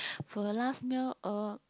for the last meal uh